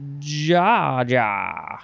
Ja-ja